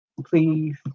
Please